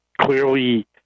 clearly